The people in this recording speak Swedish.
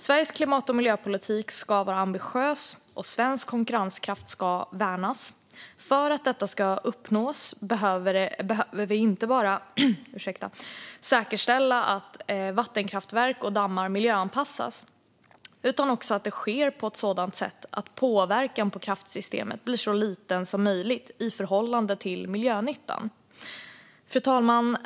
Sveriges klimat och miljöpolitik ska vara ambitiös, och svensk konkurrenskraft ska värnas. För att detta ska uppnås behöver vi säkerställa inte bara att vattenkraftverk och dammar miljöanpassas utan också att det sker på ett sådant sätt att påverkan på kraftsystemet blir så liten som möjligt i förhållande till miljönyttan. Fru talman!